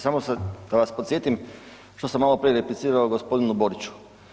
Samo da vas podsjetim što sam maloprije replicirao gospodinu Boriću.